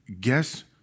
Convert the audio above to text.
guess